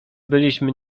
byliśmy